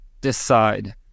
decide